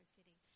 City